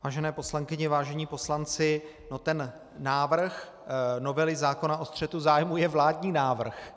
Vážené poslankyně, vážení poslanci, návrh novely zákona o střetu zájmů je vládní návrh.